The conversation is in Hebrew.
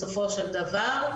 בסופו של דבר.